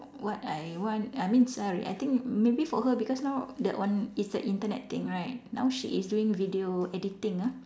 what I want I mean sorry I think maybe for her because now that one is the Internet thing right now she is doing video editing ah